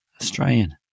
Australian